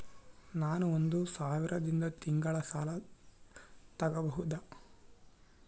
ನಾನು ಒಂದು ಸಾವಿರದಿಂದ ತಿಂಗಳ ಸಾಲ ತಗಬಹುದಾ?